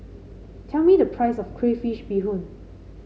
tell me the price of Crayfish Beehoon